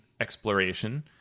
exploration